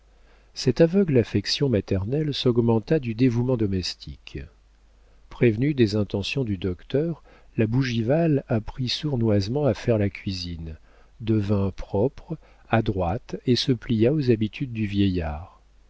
cette aveugle affection maternelle s'augmenta du dévouement domestique prévenue des intentions du docteur la bougival apprit sournoisement à faire la cuisine devint propre adroite et se plia aux habitudes du vieillard